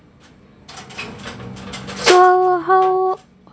so how